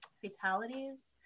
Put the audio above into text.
fatalities